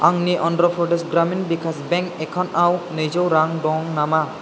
आंनि अन्ध्र प्रदेश ग्रामिन भिकास बेंक एकाउन्टआव नैजौ रां दं नामा